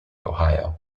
ohio